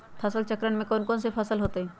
फसल चक्रण में कौन कौन फसल हो ताई?